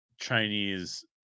Chinese